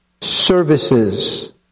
services